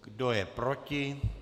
Kdo je proti?